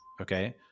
Okay